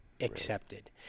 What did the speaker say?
accepted